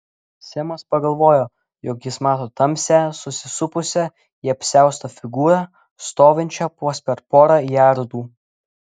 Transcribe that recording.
semas pagalvojo jog jis mato tamsią susisupusią į apsiaustą figūrą stovinčią vos per porą jardų